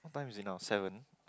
what time is it now seven